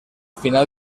final